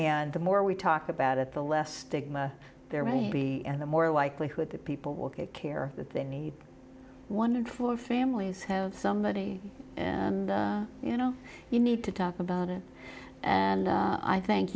and the more we talk about it the less stigma there will be and the more likelihood that people will get care that they need one for families have somebody and you know you need to talk about it and i thank